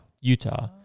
Utah